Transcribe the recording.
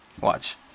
Watch